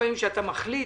לפעמים אתה מחליט